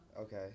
Okay